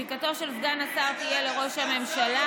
זיקתו של סגן השר תהיה לראש הממשלה.